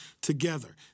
together